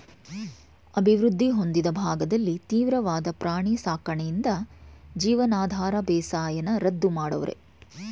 ಅಭಿವೃದ್ಧಿ ಹೊಂದಿದ ಭಾಗದಲ್ಲಿ ತೀವ್ರವಾದ ಪ್ರಾಣಿ ಸಾಕಣೆಯಿಂದ ಜೀವನಾಧಾರ ಬೇಸಾಯನ ರದ್ದು ಮಾಡವ್ರೆ